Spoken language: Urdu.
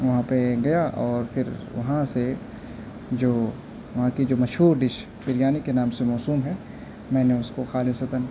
وہاں پہ گیا اور پھر وہاں سے جو وہاں کی جو مشہور ڈش بریانی کے نام سے موسوم ہیں میں نے اس کو خالصۃً